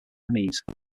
political